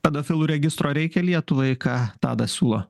pedofilų registro reikia lietuvai ką tadas siūlo